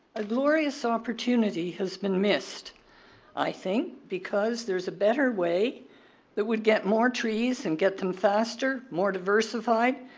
a glorious opportunity has been missed i think because there is a better way that would get more trees and get them faster, more diversified,